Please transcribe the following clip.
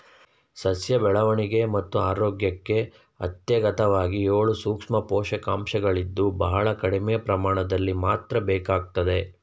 ಸಸ್ಯ ಬೆಳವಣಿಗೆ ಮತ್ತು ಆರೋಗ್ಯಕ್ಕೆ ಅತ್ಯಗತ್ಯವಾಗಿ ಏಳು ಸೂಕ್ಷ್ಮ ಪೋಷಕಾಂಶಗಳಿದ್ದು ಬಹಳ ಕಡಿಮೆ ಪ್ರಮಾಣದಲ್ಲಿ ಮಾತ್ರ ಬೇಕಾಗ್ತದೆ